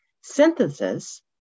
Synthesis